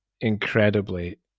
incredibly